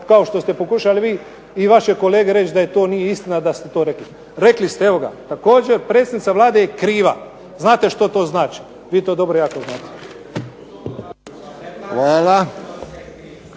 kao što ste pokušali vi i vaše kolege reći da to nije istina da ste to rekli. Rekli ste, evo ga "također predsjednica Vlade je kriva", znate što to znači. Vi to dobro jako znate.